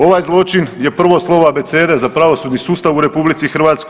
Ovaj zločin je prvo slovo abecede za pravosudni sustav u RH.